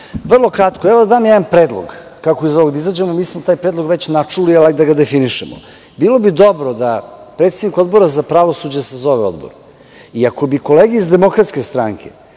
Vrlo kratko ću. Evo, daću jedan predlog kako iz ovoga da izađemo. Mi smo taj predlog već načuli, ali hajde da ga definišemo. Bilo bi dobro da predsednik Odbora za pravosuđe sazove odbor i ako bi kolege iz DS htele da